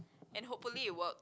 and hopefully it work